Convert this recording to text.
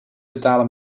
betalen